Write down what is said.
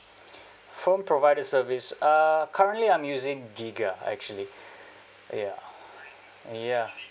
phone provider service uh currently I'm using Giga actually ya ya